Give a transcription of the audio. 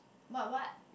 what what